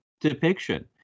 depiction